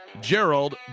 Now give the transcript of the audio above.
Gerald